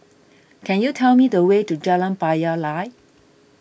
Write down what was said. can you tell me the way to Jalan Payoh Lai